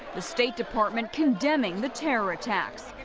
the state department condemning the terror attacks.